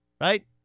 Right